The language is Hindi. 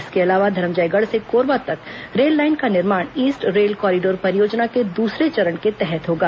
इसके अलावा धरमजयगढ़ से कोरबा तक रेललाइन का निर्माण ईस्ट रेल कॉरिडोर परियोजना के दूसरे चरण के तहत होगा